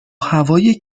هوای